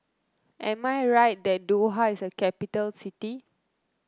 am I right that Doha is a capital city